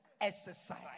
exercise